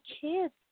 kids